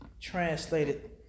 translated